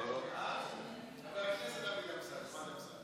חבר הכנסת דוד אמסלם.